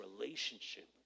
relationship